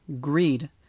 Greed